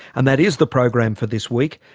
and that is the program for this week.